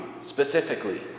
specifically